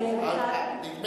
בשם